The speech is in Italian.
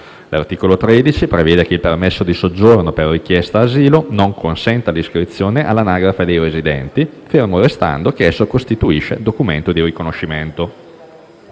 L'articolo 13 prevede che il permesso di soggiorno per richiesta d'asilo non consenta l'iscrizione all'anagrafe dei residenti, fermo restando che esso costituisce documento di riconoscimento.